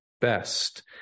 Best